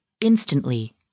instantly